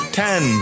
ten